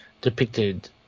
depicted